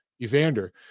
Evander